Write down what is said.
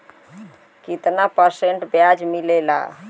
कितना परसेंट ब्याज मिलेला?